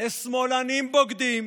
ל"שמאלנים בוגדים"